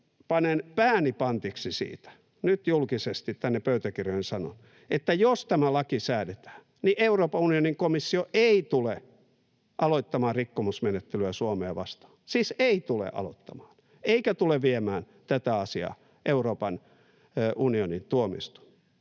panen pääni pantiksi siitä — nyt julkisesti tänne pöytäkirjoihin sanon — että jos tämä laki säädetään, niin Euroopan unionin komissio ei tule aloittamaan rikkomusmenettelyä Suomea vastaan, siis ei tule aloittamaan, eikä tule viemään tätä asiaa Euroopan unionin tuomioistuimeen.